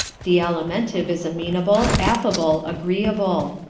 the alimentive is amenable, affable, agreeable.